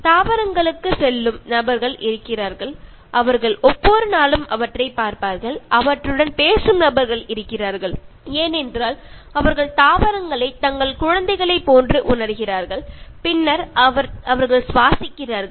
தாவரங்களுக்கு செல்லும் நபர்கள் இருக்கிறார்கள் அவர்கள் ஒவ்வொரு நாளும் அவற்றை பார்ப்பார்கள் அவற்றுடன் பேசும் நபர்கள் இருக்கிறார்கள் ஏனென்றால் அவர்கள் தாவரங்களை தங்கள் குழந்தைகளைப் போன்று உணர்கிறார்கள் பின்னர் அவர்கள் சுவாசிக்கிறார்கள்